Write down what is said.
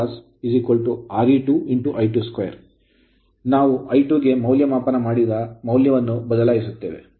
ಇಲ್ಲಿ ನಾವು ಐ2 ಗೆ ಮೌಲ್ಯಮಾಪನ ಮಾಡಿದ ಮೌಲ್ಯವನ್ನು ಬದಲಾಯಿಸುತ್ತೇವೆ